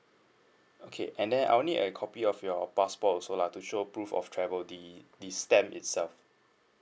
okay and then I'll need a copy of your passport also lah to show proof of travel the the stamp itself